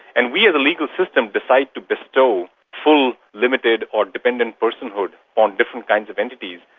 and we as a legal system decided to bestow full, limited or dependent personhood on different kinds of entities,